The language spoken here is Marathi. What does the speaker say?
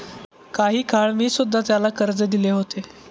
काही काळ मी सुध्धा त्याला कर्ज दिले होते